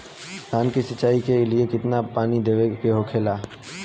धान की सिंचाई के लिए कितना बार पानी देवल के होखेला?